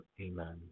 Amen